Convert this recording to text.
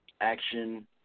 action